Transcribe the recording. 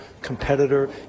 competitor